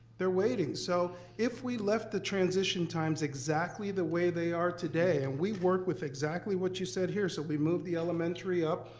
they're waiting. so if we left the transition times exactly the way they are today and we work with exactly what you said here, so we move the elementary up,